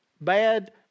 bad